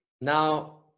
Now